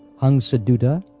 hangsadutta,